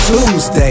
Tuesday